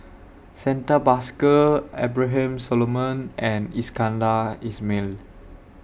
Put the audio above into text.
Santha Bhaskar Abraham Solomon and Iskandar Ismail